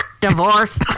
divorce